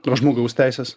o žmogaus teisės